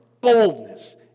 boldness